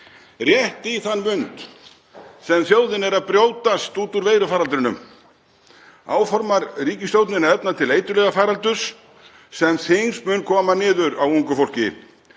Rétt í þann mund sem þjóðin er að brjótast út úr veirufaraldrinum áformar ríkisstjórnin að efna til eiturlyfjafaraldurs sem mun koma þyngst niður á ungu fólki.